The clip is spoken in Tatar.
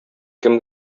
кем